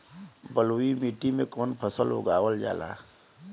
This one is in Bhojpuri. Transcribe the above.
बलुई मिट्टी में कवन फसल उगावल जाला?